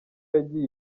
yagiye